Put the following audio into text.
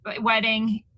wedding